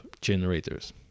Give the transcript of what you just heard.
generators